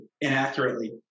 inaccurately